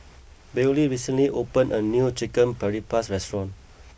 Bailee recently opened a new Chicken Paprikas restaurant